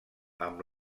amb